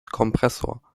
kompressor